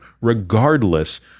regardless